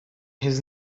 his